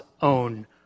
own